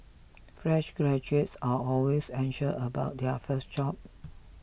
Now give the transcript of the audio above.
fresh graduates are always about their first job